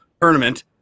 tournament